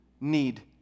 need